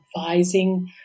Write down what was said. advising